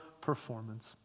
performance